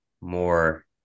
more